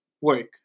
Work